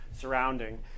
surrounding